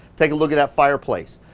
take a look at that fireplace.